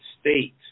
state